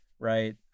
right